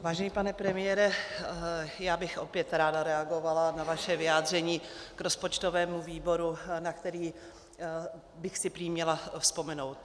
Vážený pane premiére, opět bych ráda reagovala na vaše vyjádření k rozpočtovému výboru, na který bych si prý měla vzpomenout.